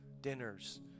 dinners